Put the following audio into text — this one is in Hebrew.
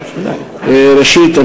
ראשית,